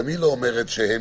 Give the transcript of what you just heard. אנחנו לא אומרים שהם